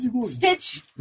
Stitch